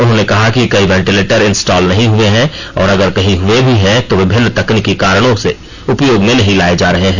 उन्होंने कहा कि कई वेंटिलेटर इंस्टॉल नहीं हुए हैं और अगर कहीं हुए भी तो विभिन्न तकनीकी कारणों से उपयोग में नहीं लाये जा रहे हैं